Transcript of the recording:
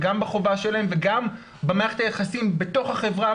גם בחובה שלהם וגם במערכת היחסים בתוך החברה